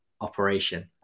operation